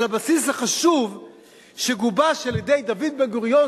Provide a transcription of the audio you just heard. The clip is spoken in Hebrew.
הבסיס החשוב שגובש על ידי דוד בן-גוריון,